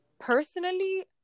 personally